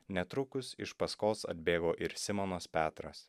netrukus iš paskos atbėgo ir simonas petras